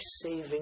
saving